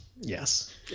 Yes